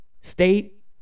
state